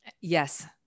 Yes